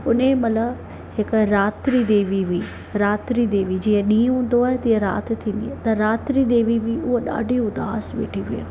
उन ई मना हिकु रात्री देवी हुई रात्री देवी जीअं ॾींहुं हूंदो आहे तीअं राति थींदी आहे त रात्री देवी बि उहा ॾाढी उदासु वेठी हुई